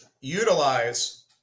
utilize